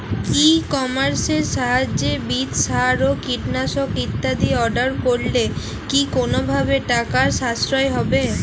ই কমার্সের সাহায্যে বীজ সার ও কীটনাশক ইত্যাদি অর্ডার করলে কি কোনোভাবে টাকার সাশ্রয় হবে?